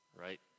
Right